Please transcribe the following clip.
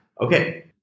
Okay